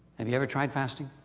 have you ever tried fasting?